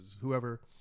whoever